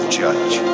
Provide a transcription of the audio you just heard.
judge